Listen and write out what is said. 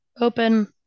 Open